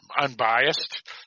unbiased